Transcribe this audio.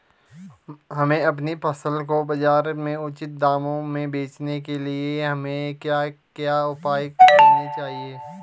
हमें अपनी फसल को बाज़ार में उचित दामों में बेचने के लिए हमें क्या क्या उपाय करने चाहिए?